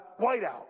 whiteout